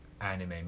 anime